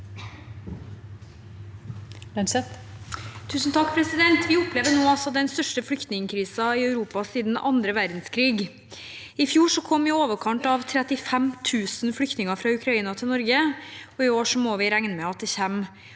Lønseth (H) Vi opplever nå den største flyktningkrisen i Europa siden annen verdenskrig. I fjor kom i overkant av 35 000 flyktninger fra Ukraina til Norge, og i år må vi regne med at det kanskje